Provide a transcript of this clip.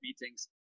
meetings